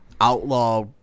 outlaw